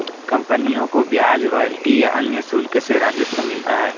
कंपनियों को ब्याज, रॉयल्टी या अन्य शुल्क से राजस्व मिलता है